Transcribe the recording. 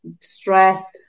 stress